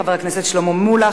חבר הכנסת שלמה מולה,